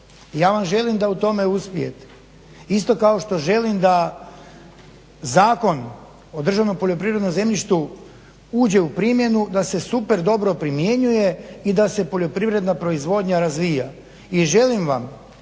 ja vam želim da u tome uspijete, isto kao što želim da Zakon o državnom poljoprivrednom zemljištu uđe u primjenu da se super dobro primjenjuje i da se poljoprivredna proizvodnja razvija.